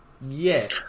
Yes